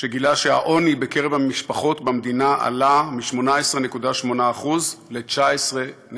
שגילה שהעוני בקרב המשפחות במדינה עלה מ-18.8% ל-19.1%;